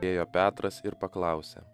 ėjo petras ir paklausė